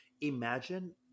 imagine